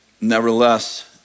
nevertheless